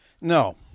No